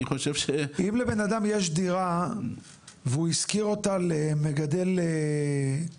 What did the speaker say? אני חושב ש- אם לבנאדם יש דירה והוא השכיר אותה למגדל סמים,